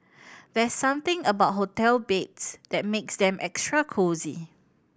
there's something about hotel beds that makes them extra cosy